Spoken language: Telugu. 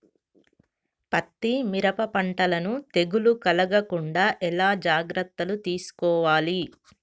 పత్తి మిరప పంటలను తెగులు కలగకుండా ఎలా జాగ్రత్తలు తీసుకోవాలి?